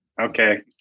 okay